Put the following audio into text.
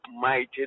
mighty